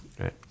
right